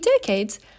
decades